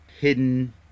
hidden